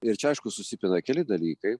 ir čia aišku susipina keli dalykai